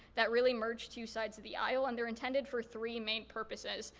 that really merge two sides of the aisle and are intended for three main purposes.